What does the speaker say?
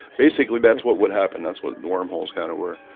basically that's what would happen. that's what wormholes kind of were